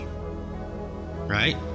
Right